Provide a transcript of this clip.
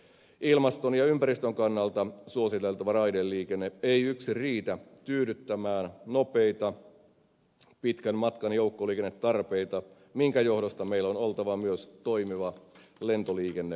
ilmaston ja ympäristön kannalta suositeltava raideliikenne ei yksin riitä tyydyttämään nopeita pitkän matkan joukkoliikennetarpeita minkä johdosta meillä on oltava myös toimiva lentoliikenneverkosto